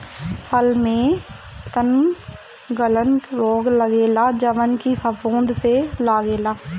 फूल में तनगलन रोग लगेला जवन की फफूंद से लागेला